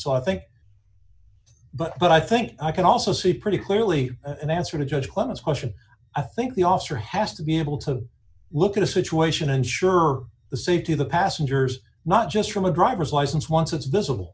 so i think but i think i can also see pretty clearly an answer to just one is question i think the officer has to be able to look at a situation and sure the safety of the passengers not just from a driver's license once it's visible